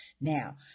Now